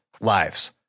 lives